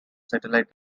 satellite